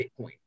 Bitcoin